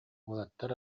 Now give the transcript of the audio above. уолаттар